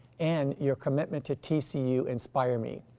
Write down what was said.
and your commitment to tcu inspire me.